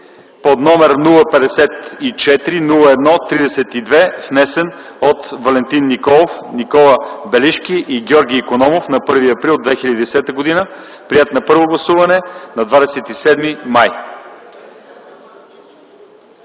№ 054-01-32, внесен от Валентин Николов, Никола Белишки и Георги Икономов на 1 април 2010 г., приет на първо гласуване на 27 май